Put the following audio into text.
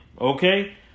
Okay